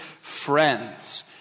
friends